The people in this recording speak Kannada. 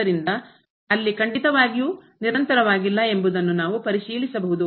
ಆದ್ದರಿಂದ ಅಲ್ಲಿ ಅವು ಖಂಡಿತವಾಗಿಯೂ ನಿರಂತರವಾಗಿಲ್ಲ ಎಂಬುದನ್ನು ನಾವು ಪರಿಶೀಲಿಸಬಹುದು